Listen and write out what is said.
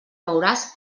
veuràs